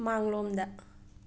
ꯃꯥꯡꯂꯣꯝꯗ